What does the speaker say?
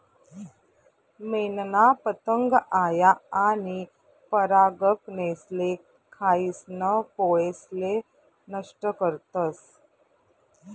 मेनना पतंग आया आनी परागकनेसले खायीसन पोळेसले नष्ट करतस